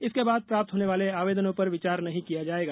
इसके बाद प्राप्त होने वाले आवेदनों पर विचार नहीं किया जाएगा